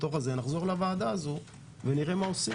נחזור לוועדה הזאת ונראה מה עושים.